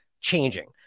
changing